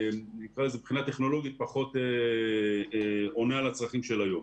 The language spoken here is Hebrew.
מבחינה טכנולוגית פחות עונה על הצרכים של היום.